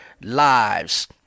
lives